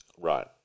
right